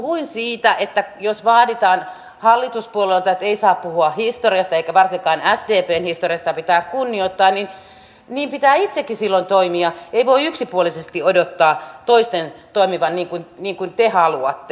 puhuin siitä että jos vaaditaan hallituspuolueilta että ei saa puhua historiasta eikä varsinkaan sdpn historiasta jota pitää kunnioittaa niin niin pitää itsekin silloin toimia ei voi yksipuolisesti odottaa toisten toimivan niin kuin te haluatte